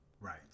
Right